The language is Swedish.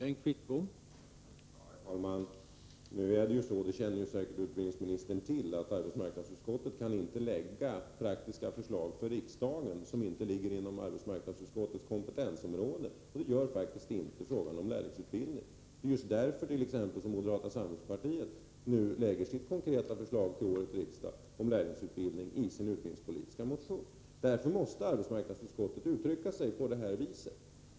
Herr talman! Arbetsmarknadsutskottet kan inte, vilket utbildningsministern säkert känner till, lägga fram praktiska förslag för riksdagen som inte ligger inom arbetsmarknadsutskottets kompetensområde, och det gör faktiskt inte frågan om lärlingsutbildning. Det är just därför som moderata samlingspartiet nu lägger fram sitt konkreta förslag om lärlingsutbildning i sin utbildningspolitiska motion till detta riksmöte. Därför måste också arbetsmarknadsutskottet uttrycka sig på detta vis.